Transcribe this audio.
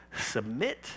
submit